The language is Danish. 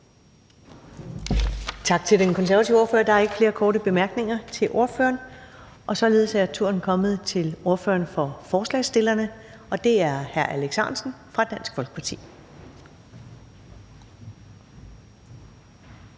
Tak til den konservative ordfører. Der er ikke flere korte bemærkninger til ordføreren. Og således er turen kommet til ordføreren for forslagsstillerne, og det er hr. Alex Ahrendtsen fra Dansk Folkeparti.